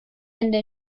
hände